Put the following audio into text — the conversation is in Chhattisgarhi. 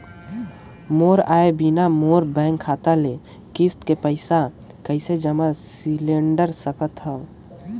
मोर आय बिना मोर बैंक खाता ले किस्त के पईसा कइसे जमा सिलेंडर सकथव?